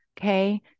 Okay